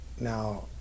now